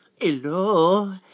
hello